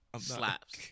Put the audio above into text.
Slaps